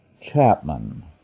Chapman